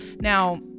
Now